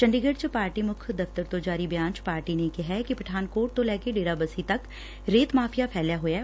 ਚੰਡੀਗੜੁ ਚ ਪਾਰਟੀ ਮੁੱਖ ਦਫ਼ਤਰ ਤੋਂ ਜਾਰੀ ਬਿਆਨ ਚ ਪਾਰਟੀ ਨੇ ਕਿਹਾ ਕਿ ਪਠਾਨਕੋਟ ਤੋਂ ਲੈ ਕੇ ਡੇਰਾਬੱਸੀ ਤੱਕ ਰੇਤ ਮਾਫ਼ੀਆ ਫੈਲਿਆ ਹੋਇਆ ਐ